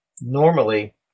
Normally